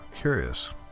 curious